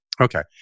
okay